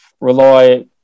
rely